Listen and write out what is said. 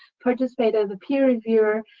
participate as a peer reviewer,